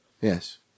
Yes